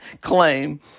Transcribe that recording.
claim